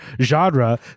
genre